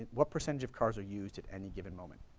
what percentage of cars are used at any given moment?